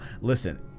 listen